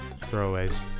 Throwaways